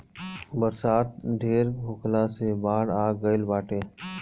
बरसात ढेर होखला से बाढ़ आ गइल बाटे